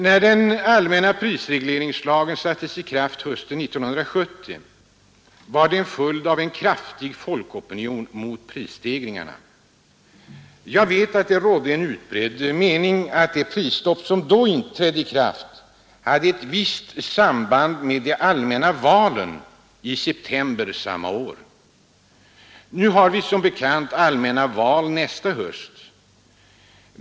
När den allmänna prisregleringslagen sattes i kraft hösten 1970 var det en följd av en kraftig folkopinion mot prisstegringarna. Jag vet att det rådde en mycket utbredd mening att det prisstopp som då trädde i kraft hade ett visst samband med de allmänna valen i september samma år. Nu har vi som bekant allmänna val nästa höst.